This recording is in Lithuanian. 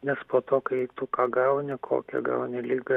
nes po to kai tu ką gauni kokią gauni ligą